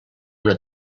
una